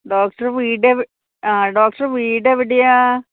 ഡോക്ടറുടെ വീട് ആ ഡോക്ടറുടെ വീട് എവിടെയാണ്